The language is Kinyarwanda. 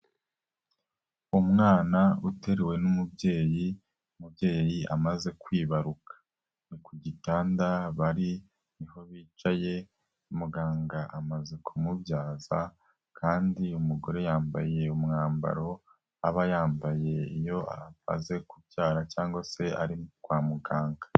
Umwana uteruwe n'umubyeyi, umubyeyi amaze kwibaruka ni ku gitanda bari niho bicaye muganga amaze kumubyaza, kandi umugore yambaye umwambaro aba yambaye iyo amaze kubyara cyangwa se ari kwa muganga.